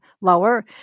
lower